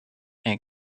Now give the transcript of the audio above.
and